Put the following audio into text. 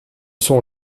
sont